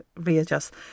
readjust